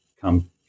come